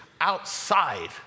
outside